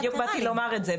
אז אני בדיוק באתי לומר את זה.